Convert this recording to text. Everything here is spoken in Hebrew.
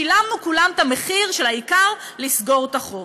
שילמנו כולם את המחיר, העיקר לסגור את החוב.